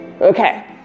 okay